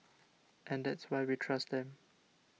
and that's why we trust them